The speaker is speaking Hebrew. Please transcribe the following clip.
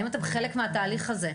האם אתם חלק מהתהליך הזה?